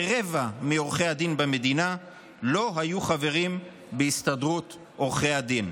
כרבע מעורכי הדין במדינה לא היו חברים בהסתדרות עורכי הדין".